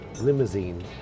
limousine